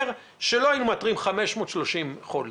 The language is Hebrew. ופירוש הדבר הוא שלא היינו מאתרים 530 חולים,